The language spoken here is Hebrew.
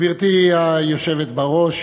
גברתי היושבת בראש,